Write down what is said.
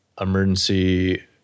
emergency